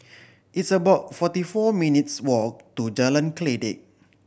it's about forty four minutes' walk to Jalan Kledek